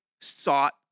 sought